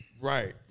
Right